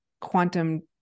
quantum